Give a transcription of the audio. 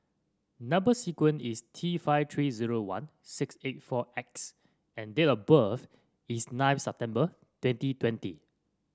number sequence is T five three zero one six eight four X and date of birth is nine September twenty twenty